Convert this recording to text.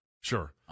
Sure